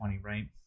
right